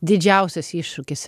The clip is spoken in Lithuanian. didžiausias iššūkis